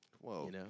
Whoa